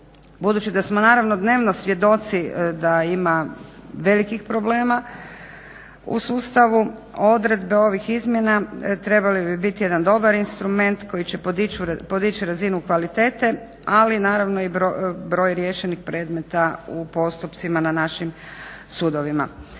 Budući da smo naravno dnevno svjedoci da ima velikih problema u sustavu odredbe ovih izmjena trebale bi biti jedan dobar instrument koje će podić razinu kvalitete ali naravno i broj riješenih predmeta u postupcima na našim sudovima.